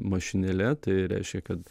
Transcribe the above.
mašinėle tai reiškia kad